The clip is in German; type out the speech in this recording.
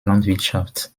landwirtschaft